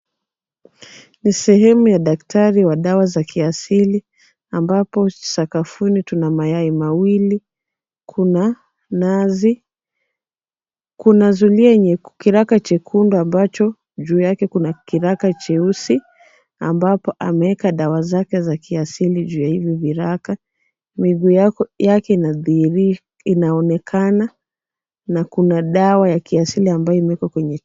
Ni sehemu ya daktari wa dawa za kiasili ambapo sakafuni tuna mayai mawili, kuna nazi, kuna zulia yenye kiraka chekundu ambacho juu yake kuna kiraka cheusi ambapo ameweka dawa zake za kiasili juu ya hivyo viraka. Miguu yake inaonekana na kuna dawa ya kiasili ambayo imewekwa.